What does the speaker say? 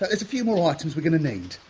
there's a few more ah items we're gonna need.